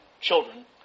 children